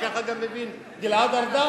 וככה גם מבין גלעד ארדן.